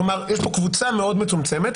כלומר, יש פה קבוצה מאוד מצומצמת.